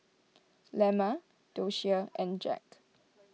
Lemma Doshia and Jacque